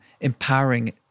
empowering